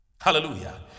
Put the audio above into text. Hallelujah